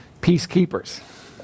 peacekeepers